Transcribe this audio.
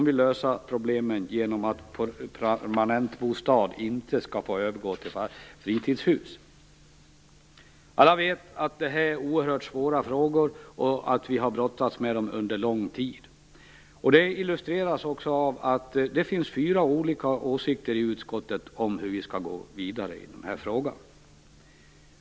Alla vet att det här är oerhört svåra frågor som vi har brottats med under lång tid. Det illustreras också av att det finns fyra olika åsikter i utskottet om hur vi skall gå vidare i den här frågan.